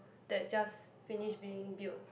that just finish being built